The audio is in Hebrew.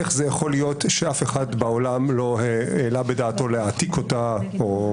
איך זה יכול להיות שאף אחד בעולם לא העלה בדעתו להעתיק אותה או